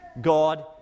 God